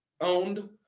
owned